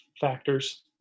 factors